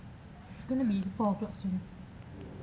it's going to be four o'clock soon